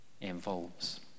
involves